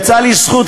והייתה לי זכות,